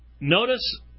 notice